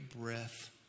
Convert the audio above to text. breath